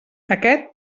aquest